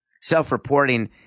Self-reporting